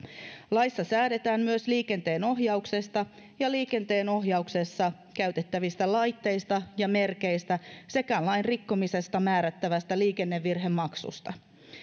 laissa säädetään myös liikenteenohjauksesta ja liikenteenohjauksessa käytettävistä laitteista ja merkeistä sekä lain rikkomisesta määrättävästä liikennevirhemaksusta